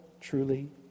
truly